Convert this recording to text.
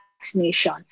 vaccination